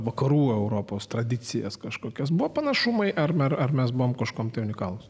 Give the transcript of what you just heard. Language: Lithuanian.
vakarų europos tradicijas kažkokios buvo panašumai ar ar mes buvome kažkam tai unikalūs